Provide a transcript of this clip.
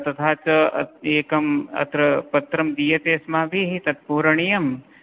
तथा च अस्ति एकम् अत्र पत्रं दीयते अस्माभिः तत् पूरणीयं